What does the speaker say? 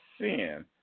sin